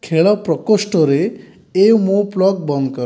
ଖେଳ ପ୍ରକୋଷ୍ଠରେ ୱେମୋ ପ୍ଲଗ୍ ବନ୍ଦ କର